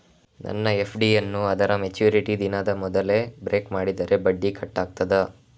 ನನ್ನ ಎಫ್.ಡಿ ಯನ್ನೂ ಅದರ ಮೆಚುರಿಟಿ ದಿನದ ಮೊದಲೇ ಬ್ರೇಕ್ ಮಾಡಿದರೆ ಬಡ್ಡಿ ಕಟ್ ಆಗ್ತದಾ?